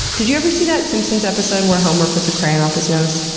did you ever see that simpsons episode where homer puts a crayon up his nose?